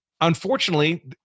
unfortunately